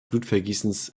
blutvergießens